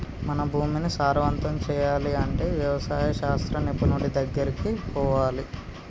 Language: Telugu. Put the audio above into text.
మన భూమిని సారవంతం చేయాలి అంటే వ్యవసాయ శాస్త్ర నిపుణుడి దెగ్గరికి పోవాలి